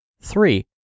Three